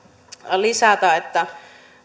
lisätä että